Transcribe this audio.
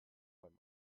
beim